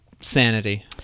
sanity